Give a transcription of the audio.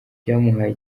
byamuhaye